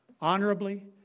honorably